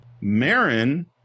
Marin